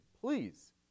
Please